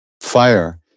fire